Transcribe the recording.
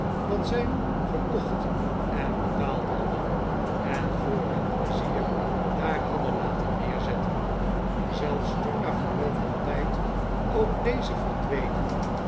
dat zij gekocht en betaald hadden en voor hun pleizier daar hadden laten neerzetten zelfs toen na verloop van tijd ook deze